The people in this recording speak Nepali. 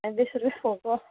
ए दुई सय रुपियाँ पोको